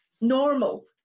normal